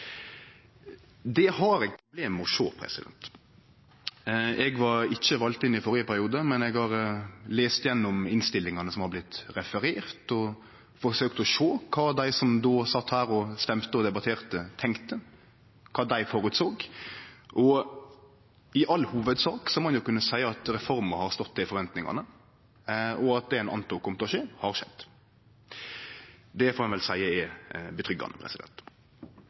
Det har eg problem med å sjå. Eg var ikkje vald inn i førre periode, men eg har lese gjennom innstillingane som er blitt refererte, og forsøkt å sjå kva dei som då sat her og debatterte og stemte, tenkte, og kva dei såg føre seg. I all hovudsak må ein kunne seie at reforma har stått til forventingane, og at det ein antok kom til å skje, har skjedd. Det får ein vel seie er